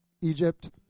Egypt